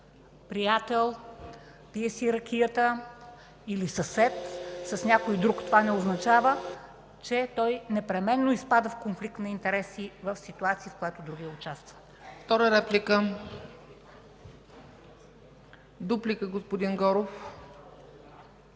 приятел, пие си ракията или е съсед с някой друг. Това не означава, че той непременно изпада в конфликт на интереси в ситуация, в която другия участва. ПРЕДСЕДАТЕЛ ЦЕЦКА ЦАЧЕВА: Втора реплика? Дуплика, господин Горов.